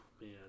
Man